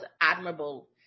admirable